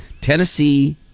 Tennessee